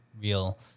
real